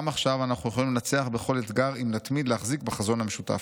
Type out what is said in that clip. "גם עכשיו אנחנו יכולים לנצח בכל אתגר אם נתמיד להחזיק בחזון המשותף.